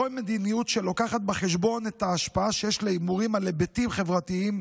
זוהי מדינות שלוקחת בחשבון את ההשפעה שיש להימורים על היבטים חברתיים,